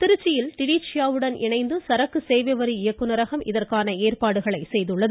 திருச்சியில் டிடிசீயாவுடன் இணைந்து சரக்கு சேவை வரி இயக்குநரகம் இதற்கான ஏற்பாடுகளை செய்துள்ளது